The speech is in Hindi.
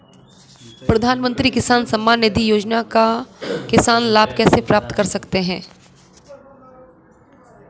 प्रधानमंत्री किसान सम्मान निधि योजना का किसान लाभ कैसे ले सकते हैं?